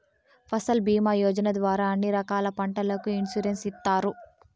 ఫసల్ భీమా యోజన ద్వారా అన్ని రకాల పంటలకు ఇన్సురెన్సు ఇత్తారు